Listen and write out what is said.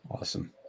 Awesome